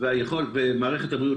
ומערכת הבריאות,